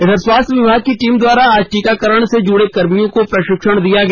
इधर स्वास्थ्य विभाग की टीम द्वारा आज टीकाकरण से जुड़े कर्मियों को प्रशिक्षण दिया गया